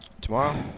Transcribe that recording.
Tomorrow